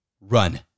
Run